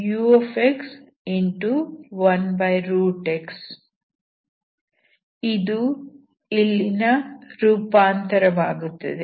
1x ಇದು ಇಲ್ಲಿನ ರೂಪಾಂತರ ವಾಗುತ್ತದೆ